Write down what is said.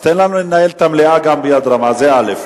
אז תן לנו לנהל את המליאה גם ביד רמה, זה א.